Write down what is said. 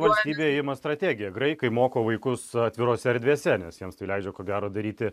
valstybė ima strategiją graikai moko vaikus atvirose erdvėse nes jiems tai leidžia ko gero daryti